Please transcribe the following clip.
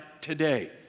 today